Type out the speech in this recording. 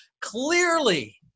clearly